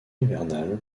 hivernale